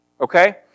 Okay